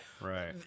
right